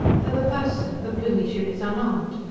for the first, sir, the plumie ship is unarmed.